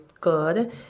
good